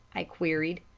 i queried.